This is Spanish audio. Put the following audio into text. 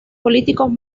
políticos